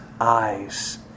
eyes